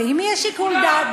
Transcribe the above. ואם יהיה שיקול דעת,